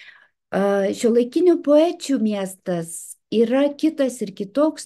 šiuolaikinių poečių miestas yra kitas ir kitoks